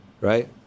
right